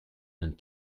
and